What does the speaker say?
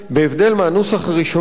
בהבדל מהנוסח הראשוני,